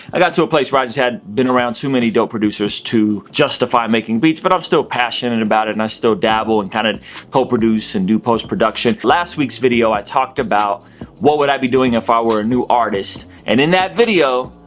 i got so to a place where i just had been around too many dope producers to justify making beats but i'm still passionate about it and i still dabble and kind of co-produce and do post-production. last week's video, i talked about what would i be doing if i were a new artist and in that video,